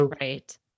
Right